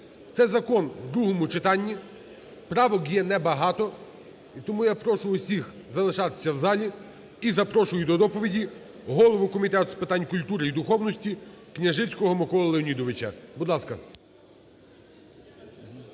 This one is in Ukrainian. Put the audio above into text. Це закон в другому читанні, правок є небагато, і тому я прошу усіх залишатися в залі, і запрошую до доповіді голову Комітету з питань культури і духовності Княжицького Миколу Леонідовича, будь ласка.